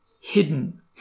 hidden